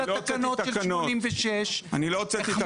על התקנות של 76'. אני לא הוצאתי תקנות.